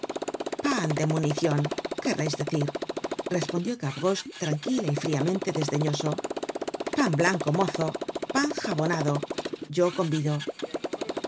pan de municion querreis decir respondió gavroche tranquila y friamente desdeñoso pan blanco mozo pan jabonado yo convido